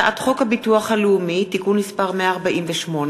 הצעת חוק הביטוח הלאומי (תיקון מס' 148),